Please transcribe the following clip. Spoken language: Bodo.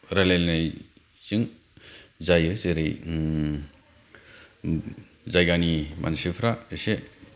रायलायनायजों जायो जेरै जायगानि मानसिफ्रा इसे